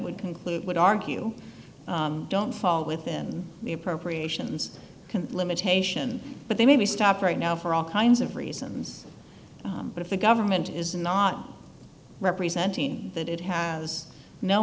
would conclude would argue don't fall within the appropriations limitation but they may be stopped right now for all kinds of reasons but if the government is not representing that it has no